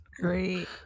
Great